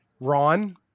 Ron